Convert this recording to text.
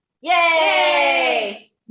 yay